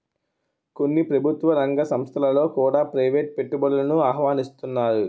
కొన్ని ప్రభుత్వ రంగ సంస్థలలో కూడా ప్రైవేటు పెట్టుబడులను ఆహ్వానిస్తన్నారు